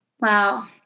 Wow